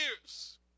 years